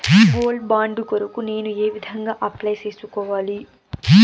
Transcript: Gold bond కొరకు నేను ఏ విధంగా అప్లై సేసుకోవాలి?